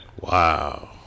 Wow